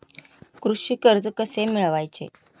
कृषी कर्ज कसे मिळवायचे?